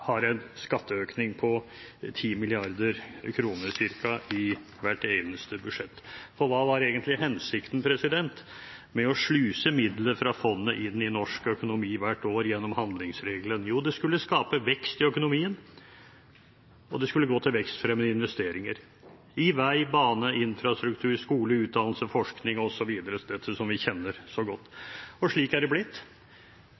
har en skatteøkning på 10 mrd. kr, ca., i hvert eneste budsjett. Hva var egentlig hensikten med å sluse midler fra fondet inn i norsk økonomi hvert år gjennom handlingsregelen? Jo, det skulle skape vekst i økonomien, og det skulle gå til vekstfremmende investeringer i vei, bane, infrastruktur, skole, utdannelse, forskning osv. – dette som vi kjenner så godt.